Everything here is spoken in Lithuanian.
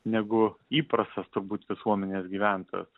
negu įprastas turbūt visuomenės gyventojas